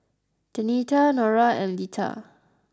Denita Nora and Leitha